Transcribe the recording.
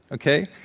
okay?